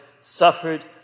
suffered